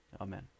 amen